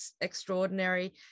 extraordinary